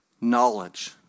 knowledge